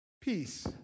peace